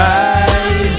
eyes